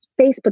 Facebook